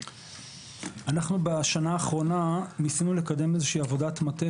אנחנו בשנה האחרונה ניסינו לקדם איזו עבודת מטה